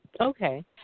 Okay